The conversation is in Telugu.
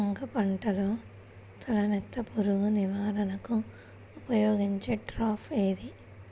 వంగ పంటలో తలనత్త పురుగు నివారణకు ఉపయోగించే ట్రాప్ ఏది?